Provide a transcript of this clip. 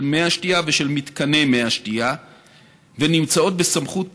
מי השתייה ושל מתקני מי השתייה ונמצאות בסמכות